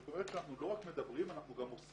זאת אומרת שאנחנו לא רק מדברים, אנחנו גם עושים.